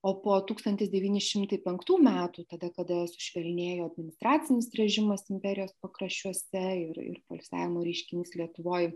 o po tūkstantis devyni šimtai penktų metų tada kada sušvelnėjo administracinis režimas imperijos pakraščiuose ir ir poilsiavimo reiškinys lietuvoj